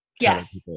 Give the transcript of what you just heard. Yes